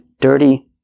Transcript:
dirty